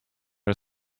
are